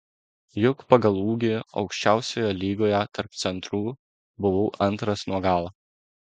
juk pagal ūgį aukščiausioje lygoje tarp centrų buvau antras nuo galo